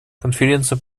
конференция